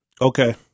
Okay